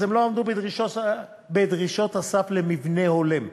אז הם לא עמדו בדרישות הסף למבנה הולם,